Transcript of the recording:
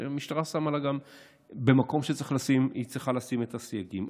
והמשטרה שמה לה סייגים במקום שצריך לשים את הסייגים.